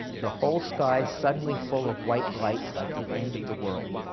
the whole sky suddenly full of white light like the end of the world.